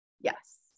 Yes